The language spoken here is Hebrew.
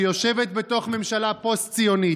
שיושבת בתוך ממשלה פוסט-ציונית,